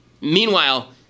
Meanwhile